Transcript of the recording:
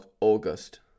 August